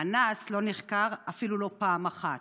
האנס לא נחקר, אפילו לא פעם אחת.